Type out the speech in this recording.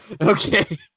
Okay